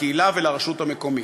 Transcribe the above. לקהילה ולרשות המקומית.